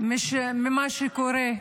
ממה שקורה,